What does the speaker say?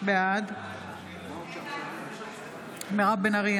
בעד מירב בן ארי,